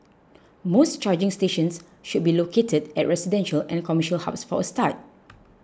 more charging stations should be located at residential and a commercial hubs for a start